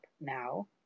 now